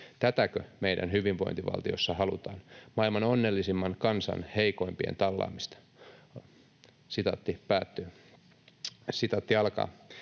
Tätäkö meidän hyvinvointivaltiossa halutaan, maailman onnellisimman kansan heikoimpien tallaamista?” ”Olen omaishoitaja, ja